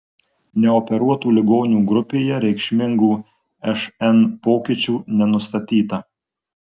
neoperuotų ligonių grupėje reikšmingų šn pokyčių nenustatyta